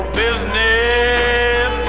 business